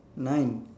nine